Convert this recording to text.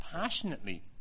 passionately